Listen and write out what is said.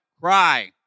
Cry